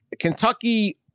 Kentucky